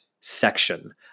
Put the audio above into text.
section